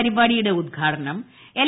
പരിപാടിയുടെ ഉദ്ഘാടനം എൽ